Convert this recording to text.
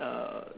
uh